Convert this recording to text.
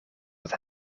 tot